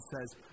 says